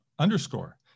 Underscore